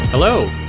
Hello